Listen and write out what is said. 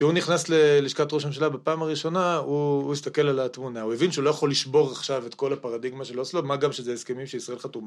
כשהוא נכנס ללשכת ראש הממשלה בפעם הראשונה הוא הסתכל על התמונה, הוא הבין שהוא לא יכול לשבור עכשיו את כל הפרדיגמה של אוסלו, מה גם שזה הסכמים שישראל חתומה